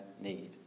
need